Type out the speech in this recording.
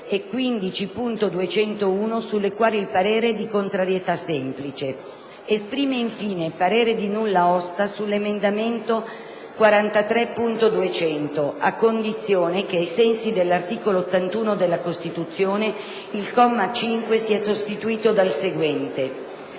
15.201, sulle quali il parere è di contrarietà semplice. Esprime, infine, parere di nulla osta sull'emendamento 43.200, a condizione che, ai sensi dell'articolo 81 della Costituzione, il comma 5 sia sostituito dal seguente: